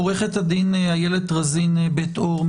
עורכת הדין איילת רזין בית-אור,